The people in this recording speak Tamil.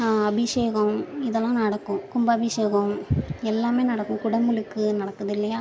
அபிஷேகம் இதெலாம் நடக்கும் கும்பாபிஷேகம் எல்லாம் நடக்கும் குடமுழுக்கு நடக்குது இல்லையா